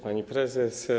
Pani Prezes!